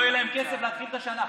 לא יהיה להם כסף להתחיל את השנה.